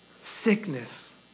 sickness